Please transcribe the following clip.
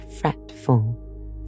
fretful